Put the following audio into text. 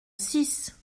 six